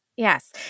Yes